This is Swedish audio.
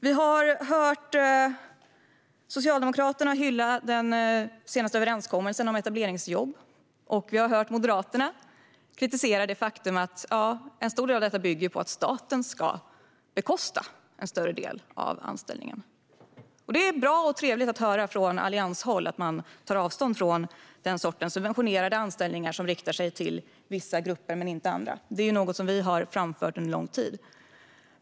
Vi har hört Socialdemokraterna hylla den senaste överenskommelsen om etableringsjobb, och vi har hört Moderaterna kritisera det faktum att en stor del av detta bygger på att staten ska bekosta en större andel av anställningarna. Det är bra och trevligt att höra från allianshåll att man tar avstånd från den sortens subventionerade anställningar som riktar sig till vissa grupper men inte till andra. Det är något som vi har framfört under lång tid.